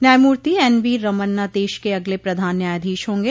न्यायमूर्ति N V Ramana देश के अगले प्रधान न्यायाधीश होंगे